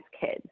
kids